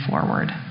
forward